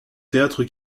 théâtre